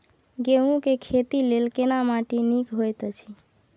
गेहूँ के खेती लेल केना माटी नीक होयत अछि?